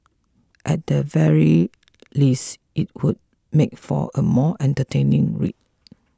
at the very least it would make for a more entertaining read